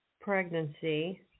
pregnancy